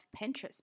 Pinterest